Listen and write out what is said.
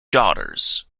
daughters